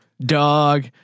dog